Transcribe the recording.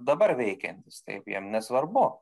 dabar veikiantys taip jiem nesvarbu